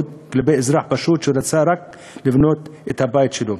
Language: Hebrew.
כלפי אזרח פשוט שרצה רק לבנות את הבית שלו.